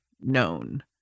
known